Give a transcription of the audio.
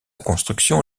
construction